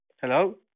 Hello